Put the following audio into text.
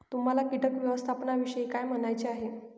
तुम्हाला किटक व्यवस्थापनाविषयी काय म्हणायचे आहे?